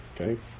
okay